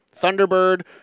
Thunderbird